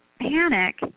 panic